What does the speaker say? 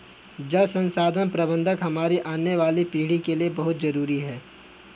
जल संसाधन प्रबंधन हमारी आने वाली पीढ़ी के लिए बहुत जरूरी है